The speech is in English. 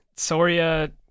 Soria